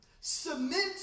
submit